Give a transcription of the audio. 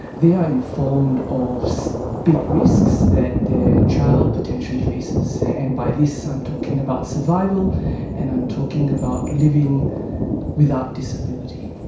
they are informed of big risks that their child potentially faces, and by this i'm talking about survival and i'm talking about living without disability.